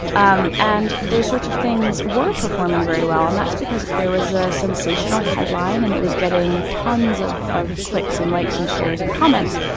um and those sorts of things were performing very well, and that's because there was a sensational headline. and it was getting tons of clicks clicks and likes and shares and comments.